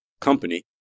company